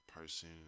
person